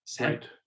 right